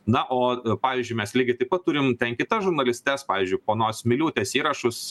na o pavyzdžiui mes lygiai taip pat turim ten kitas žurnalistes pavyzdžiui ponios miliūtės įrašus